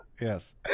Yes